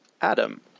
Adam